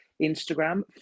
Instagram